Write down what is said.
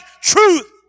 truth